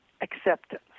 acceptance